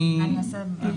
שלכם.